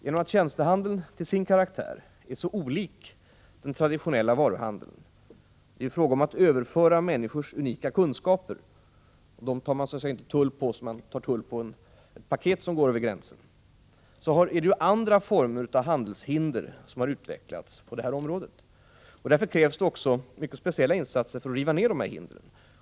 Genom att tjänstehandeln till sin karaktär är så olik den traditionella varuhandeln — det är ju fråga om överföring om människors unika kunskaper, och dessa tar man inte tull på som man tar tull på ett paket som går över gränsen — har andra former för handelshinder utvecklats på detta område. Det krävs därför mycket speciella insatser för att riva ner dessa hinder.